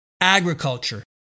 agriculture